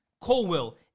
Colwell